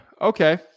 Okay